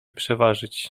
przeważyć